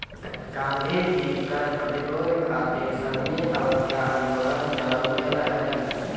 गांधी जी कर प्रतिरोध खातिर सविनय अवज्ञा आन्दोलन चालवले रहलन